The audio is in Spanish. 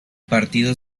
partido